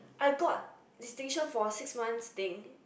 I got distinction for a six months thing